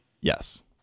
Yes